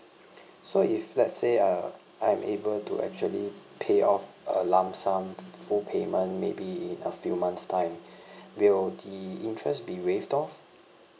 so if let's say uh I'm able to actually pay off a lump sum full payment maybe in a few months time will the interest be waived off